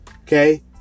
Okay